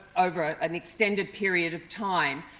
over an extended period of time,